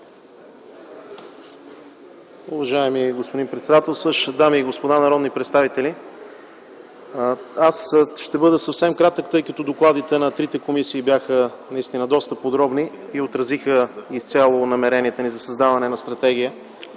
Уважаеми господин председателстващ, дами и господа народни представители! Аз ще бъда съвсем кратък, тъй като докладите на трите комисии бяха наистина доста подробни и отразиха изцяло намеренията ни за създаване на Стратегията